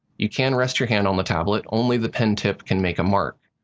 you can rest your hand on the tablet. only the pen tip can make a mark.